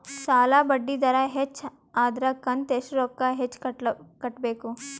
ಸಾಲಾ ಬಡ್ಡಿ ದರ ಹೆಚ್ಚ ಆದ್ರ ಕಂತ ಎಷ್ಟ ರೊಕ್ಕ ಹೆಚ್ಚ ಕಟ್ಟಬೇಕು?